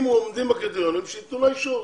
אם עומדים בקריטריונים, שיתנו לה אישור.